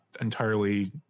entirely